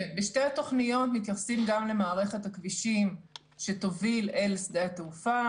בשתי התוכניות מתייחסים גם למערכת הכבישים שתוביל אל שדה התעופה,